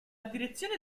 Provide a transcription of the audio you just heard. direzione